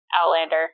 Outlander